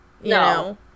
no